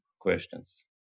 questions